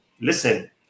listen